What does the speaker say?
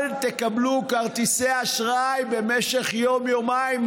אל תקבלו כרטיסי אשראי במשך יום-יומיים,